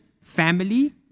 family